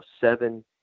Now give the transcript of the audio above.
seven